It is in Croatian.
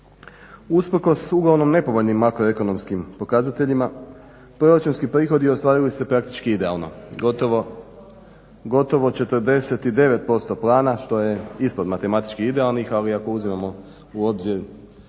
Usprkos uglavnom nepovoljnim makro ekonomskim pokazateljima proračunski prihodi ostvarili su se praktički idealno gotovo 49% plana što je ispod matematički idealnih, ali ako uzimamo u obzir